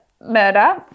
murder